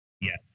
Yes